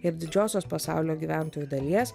ir didžiosios pasaulio gyventojų dalies